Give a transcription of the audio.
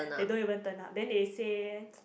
they don't even turn up then they say